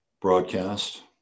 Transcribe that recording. broadcast